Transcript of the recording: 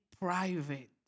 private